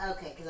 Okay